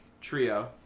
trio